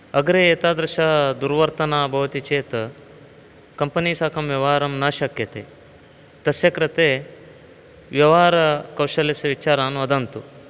अग्रे एतादृशदुर्वर्तना भवति चेत् कम्पनि साकं व्यवहारं न शक्यते तस्य कृते व्यवहारकौशल्यस्य विचारान् वदन्तु